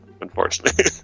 unfortunately